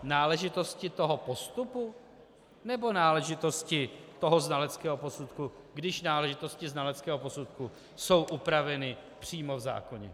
Náležitosti toho postupu, nebo náležitosti toho znaleckého posudku, když náležitosti znaleckého posudku jsou upraveny přímo v zákoně?